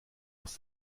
aus